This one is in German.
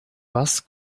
was